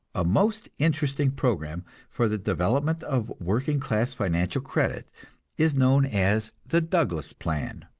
a most interesting program for the development of working-class financial credit is known as the douglas plan,